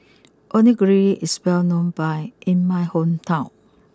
Onigiri is well known in my hometown